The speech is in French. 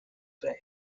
vert